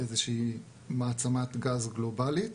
איזו מעצמת גז גלובלית,